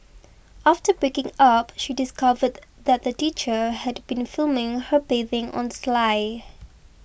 after breaking up she discovered that the teacher had been filming her bathing on sly